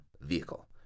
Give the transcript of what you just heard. vehicle